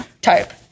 type